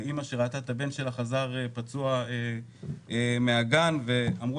אמא שראתה את הבן שלה שחזר פצוע מהגן ואמרו